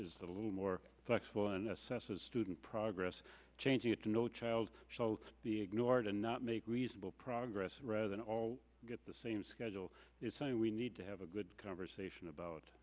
is a little more flexible and assesses student progress changing it no child should be ignored and not make reasonable progress rather than all at the same schedule is saying we need to have a good conversation about